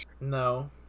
no